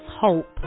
hope